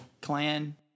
clan